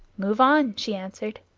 move on, she answered.